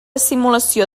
simulació